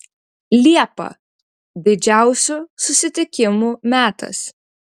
liepa didžiausių susitikimų metas